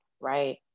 Right